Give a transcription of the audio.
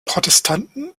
protestanten